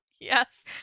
Yes